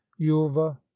Yulva